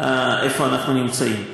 איפה אנחנו נמצאים.